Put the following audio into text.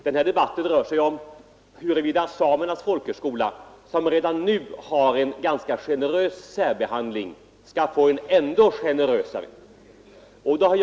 Den här debatten rör sig om huruvida Samernas folkhögskola, som redan nu får en ganska generös särbehandling, skall bli ännu generösare behandlad.